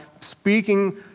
speaking